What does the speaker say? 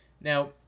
Now